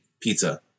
pizza